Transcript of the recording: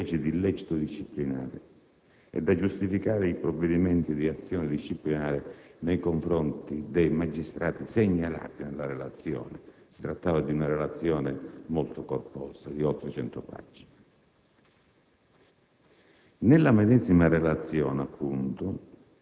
il Ministro non ravvisò ipotesi tali da integrare fattispecie di illecito disciplinare e da giustificare i provvedimenti di azioni disciplinari nei confronti dei magistrati segnalati nella relazione. Si trattava di una relazione molto corposa di oltre cento pagine.